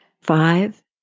Five